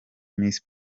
miss